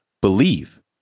believe